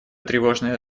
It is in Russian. тревожное